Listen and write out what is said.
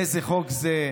איזה חוק זה?